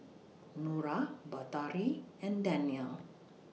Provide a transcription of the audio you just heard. Nura Batari and Danial